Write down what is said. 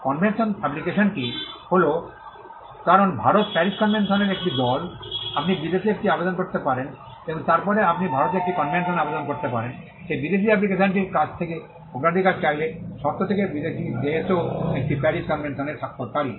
convention অ্যাপ্লিকেশনটি হল কারণ ভারত প্যারিস কনভেনশনের একটি দল আপনি বিদেশে একটি আবেদন করতে পারেন এবং তারপরে আপনি ভারতে একটি কনভেনশন আবেদন করতে পারেন সেই বিদেশী অ্যাপ্লিকেশনটির কাছ থেকে অগ্রাধিকার চাইলে শর্ত থাকে বিদেশী দেশও একটি প্যারিস কনভেনশনের স্বাক্ষরকারী